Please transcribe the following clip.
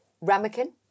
Ramekin